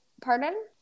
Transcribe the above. pardon